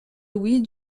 louis